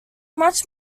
much